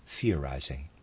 theorizing